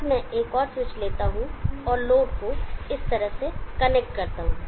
अब मैं एक और स्विच लेता हूं और लोड को इस तरह से कनेक्ट करता हूं